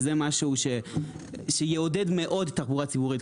זה משהו שיעודד מאוד תחבורה ציבורית.